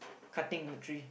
cutting the tree